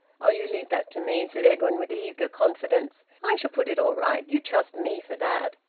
oh, you leave that to me! said edwin, with eager confidence. i shall put it all right. you trust me for that!